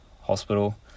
hospital